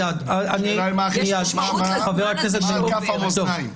השאלה מה על כף המאזניים.